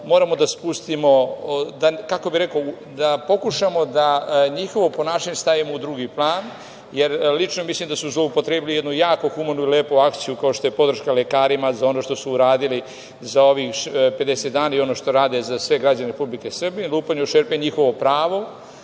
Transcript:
način. Mislim da moramo da pokušamo da njihovo ponašanje stavimo u drugi plan, jer lično mislim da su zloupotrebili jednu jako humanu i lepu akciju kao što je podrška lekarima za ono što su uradili za ovih 50 dana i ono što rade za sve građane Republike Srbije. Lupanje u šerpe je njihovo pravo,